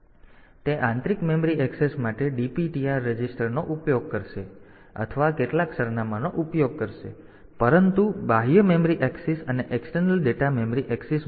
તેથી તે આંતરિક મેમરી એક્સેસ માટે DPTR રજિસ્ટરનો ઉપયોગ કરશે તે પ્રોગ્રામ કાઉન્ટર અથવા કેટલાક સરનામાંનો ઉપયોગ કરશે પરંતુ બાહ્ય મેમરી એક્સિસ અને એક્સટર્નલ ડેટા મેમરી એક્સિસ માટે